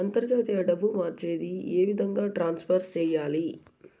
అంతర్జాతీయ డబ్బు మార్చేది? ఏ విధంగా ట్రాన్స్ఫర్ సేయాలి?